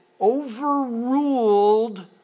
overruled